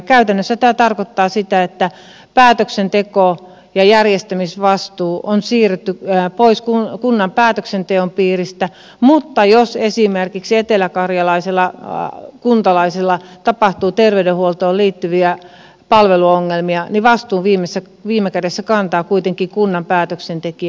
käytännössä tämä tarkoittaa sitä että päätöksenteko ja järjestämisvastuu on siirretty pois kunnan päätöksenteon piiristä mutta jos esimerkiksi eteläkarjalaisella kuntalaisella tapahtuu terveydenhuoltoon liittyviä palveluongelmia niin vastuun viime kädessä kantaa kuitenkin kunnan päätöksentekijä